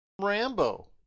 Rambo